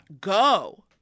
Go